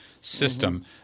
system